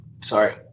sorry